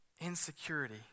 insecurity